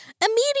immediately